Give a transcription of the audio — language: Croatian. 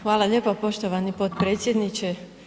Hvala lijepo poštovani potpredsjedniče.